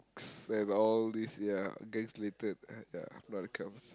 s~ and all these ya gangs related uh ya not the kinds